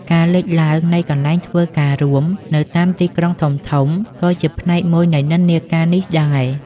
ការលេចឡើងនៃ កន្លែងធ្វើការរួម នៅតាមទីក្រុងធំៗ ក៏ជាផ្នែកមួយនៃនិន្នាការនេះដែរ។